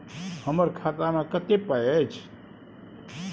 हमरा खाता में कत्ते पाई अएछ?